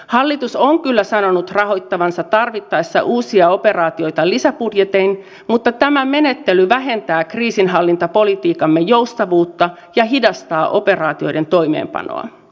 hallitus on kyllä sanonut rahoittavansa tarvittaessa uusia operaatioita lisäbudjetein mutta tämä menettely vähentää kriisinhallintapolitiikkamme joustavuutta ja hidastaa operaatioiden toimeenpanoa